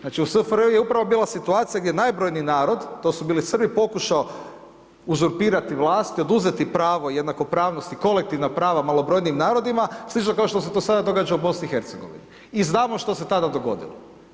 Znači u SFRJ, je upravo bila situacija gdje najbrojniji narod, to su bili Srbi, pokušao uzurpirati vlast i oduzeti pravo i jednakopravnosti i kolektivna prava malobrojnijim narodima, slično kao što se to sada događa u BIH i znamo što se tada dogodilo.